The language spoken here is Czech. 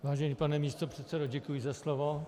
Vážený pane místopředsedo, děkuji za slovo.